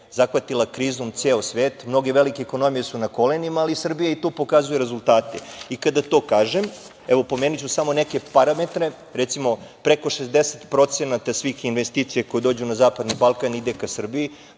zahvatila krizom ceo svet, mnoge velike ekonomije su na kolenima, ali Srbija i tu pokazuje rezultate. Kada to kažem, pomenuću samo neke parametre, recimo preko 60% procenata svih investicija koje dođu na zapadni Balkan ide ka Srbiji.